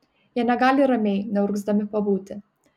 jie negali ramiai neurgzdami pabūti